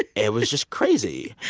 it it was just crazy.